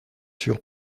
sûr